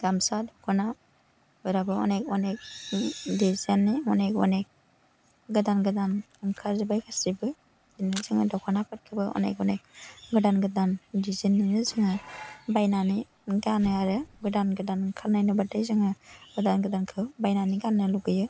गामसा दख'ना फोराबो अनेक अनेक डिजाइननि अनेक अनेक गोदान गोदान ओंखारजोबाय गासिबो बिदिनो जों दख'नाफोरखौबो अनेक अनेक गोदान गोदान डिजाइननि जोङो बायनानै गानो आरो गोदान गोदान ओंखारनाय नुबाथाय जोङो गोदानखौ बायनानै गान्नो लुबैयो